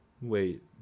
Wait